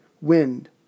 wind